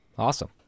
Awesome